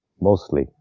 Mostly